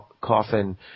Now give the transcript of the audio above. coffin